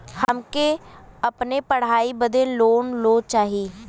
हमके अपने पढ़ाई बदे लोन लो चाही?